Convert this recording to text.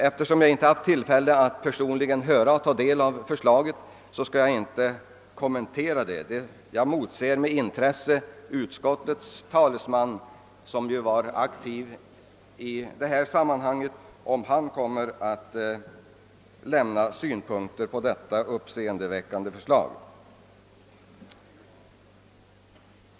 Eftersom jag inte haft tillfälle att personligen ta del av förslaget skall jag inte kommentera det. Jag avvaktar med intresse vilka synpunkter utskottets talesman, som ju är verksam inom SABO, kan ha att anlägga på det uppseendeväckande förslaget.